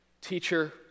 teacher